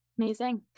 amazing